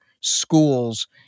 schools